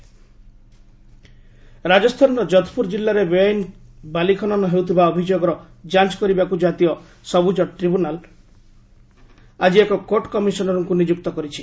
ଏନ୍କିଟି sand mining ରାଜସ୍ଥାନର ଯୋଧପୁର ଜିଲ୍ଲାରେ ବେଆଇନ ବାଲି ଖନନ ହେଉଥିବା ଅଭିଯୋଗର ଯାଞ୍ଚ କରିବାକୁ ଜାତୀୟ ସବୁଜ ଟ୍ରିବ୍ୟୁନାଲ୍ ଆଜି ଏକ କୋର୍ଟ କମିଶନରଙ୍କୁ ନିଯୁକ୍ତ କରିଛି